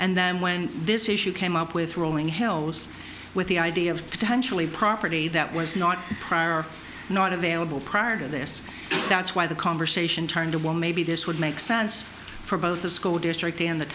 and then when this issue came up with rolling hills with the idea of potentially property that was not prior not available prior to this that's why the conversation turned to one maybe this would make sense for both the school district and the